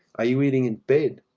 are you eating in bed?